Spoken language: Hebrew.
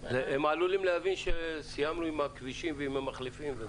הם עלולים להבין שסיימנו עם הכבישים ועם המחלפים.